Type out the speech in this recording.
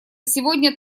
сегодня